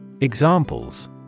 Examples